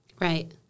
right